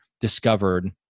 discovered